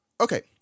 Okay